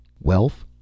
Wealth